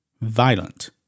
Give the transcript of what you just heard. Violent